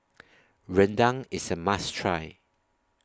Rendang IS A must Try